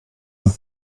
und